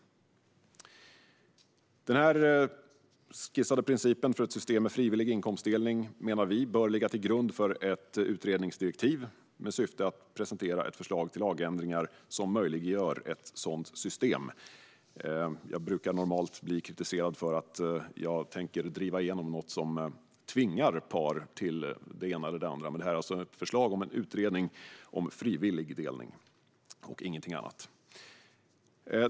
Den skissade principen för ett system med frivillig inkomstdelning menar vi bör ligga till grund för ett utredningsdirektiv med syfte att presentera ett förslag till lagändringar som möjliggör ett sådant system. Jag brukar normalt bli kritiserad för att jag tänker driva igenom något som tvingar par till det ena eller det andra, men det här är alltså ett förslag om en utredning om frivillig delning och ingenting annat.